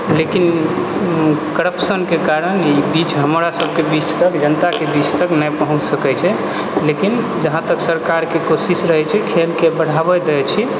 लेकिन करप्शनके कारण बीच तक हमरा सबके बीच तक जनताके बीच तक नहि पहुँच सकै छै लेकिन जहाँ तक सरकारके कोशिश रहै छै खेलके बढ़ावा दै छी